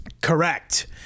Correct